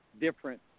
different